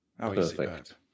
perfect